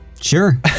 Sure